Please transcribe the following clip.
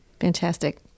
Fantastic